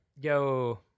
Yo